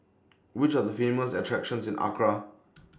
Which Are The Famous attractions in Accra